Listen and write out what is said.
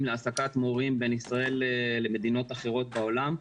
להעסקת מורים בין ישראל למדינות אחרות בעולם.